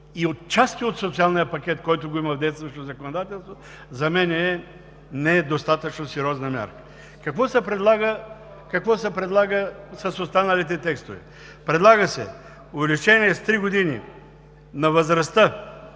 и отчасти от социалния пакет, който го има в действащото законодателство, за мен не е достатъчно сериозна мярка. Какво се предлага с останалите текстове? Предлага се увеличение с три години на възрастта